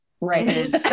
Right